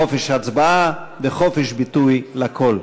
חופש הצבעה וחופש ביטוי לכול.